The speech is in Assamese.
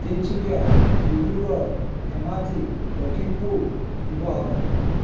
তিনিচুকীয়া ডিব্ৰুগড় ধেমাজি লখিমপুৰ শিৱসাগৰ